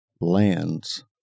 lands